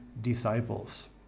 disciples